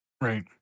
Right